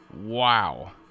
Wow